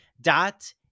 dot